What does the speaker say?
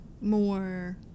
more